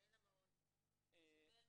גבירתי,